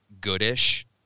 goodish